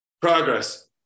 progress